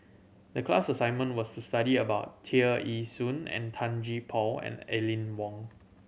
the class assignment was to study about Tear Ee Soon and Tan Gee Paw and Aline Wong